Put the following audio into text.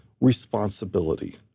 responsibility